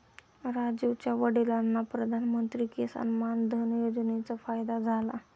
राजीवच्या वडिलांना प्रधानमंत्री किसान मान धन योजनेचा फायदा झाला